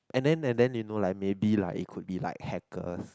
and then and then you know like maybe lah it could be like hackers